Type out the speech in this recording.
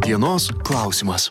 dienos klausimas